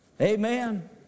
Amen